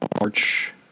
March